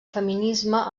feminisme